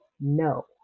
no